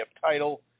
title